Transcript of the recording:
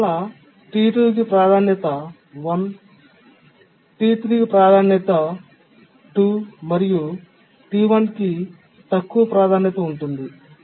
అందువల్ల టి 2 కి ప్రాధాన్యత 1 టి 3 కి ప్రాధాన్యత 2 మరియు టి 1 కి తక్కువ ప్రాధాన్యత ఉంటుంది